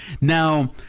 Now